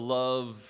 love